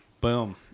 boom